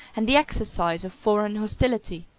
and the exercise of foreign hostility.